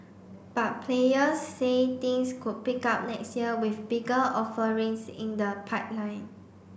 but players say things could pick up next year with bigger offerings in the pipeline